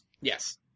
Yes